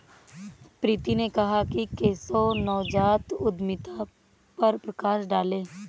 प्रीति ने कहा कि केशव नवजात उद्यमिता पर प्रकाश डालें